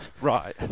Right